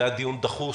זה היה דיון דחוס.